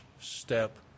step